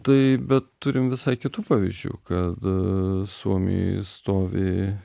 tai bet turim visai kitų pavyzdžių kad suomijoj stovi